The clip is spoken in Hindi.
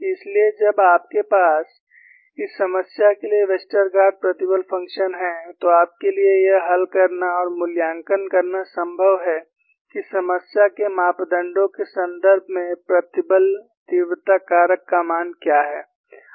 इसलिए जब आपके पास इस समस्या के लिए वेस्टरगार्ड प्रतिबल फंक्शन है तो आपके लिए यह हल करना और मूल्यांकन करना संभव है कि समस्या के मापदंडों के संदर्भ में प्रतिबल तीव्रता कारक का मान क्या है